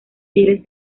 pieles